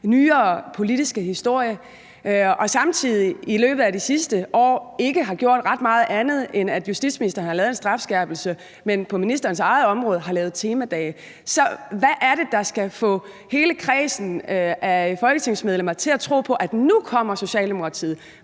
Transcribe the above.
nyere politiske historie. Samtidig er det sådan, at man i løbet af det sidste år ikke har gjort ret meget andet, end at justitsministeren har lavet en strafskærpelse, mens man på ministerens eget område har lavet temadage. Så hvad er det, der skal få hele kredsen af Folketingets medlemmer til at tro på, at nu kommer Socialdemokratiet